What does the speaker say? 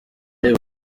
reba